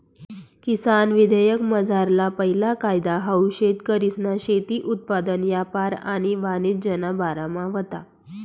किसान विधेयकमझारला पैला कायदा हाऊ शेतकरीसना शेती उत्पादन यापार आणि वाणिज्यना बारामा व्हता